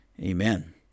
amen